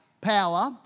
power